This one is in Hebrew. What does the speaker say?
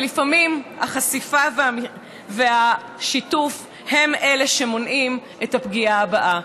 ולפעמים החשיפה והשיתוף הם שמונעים את הפגיעה הבאה.